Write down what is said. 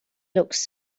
looks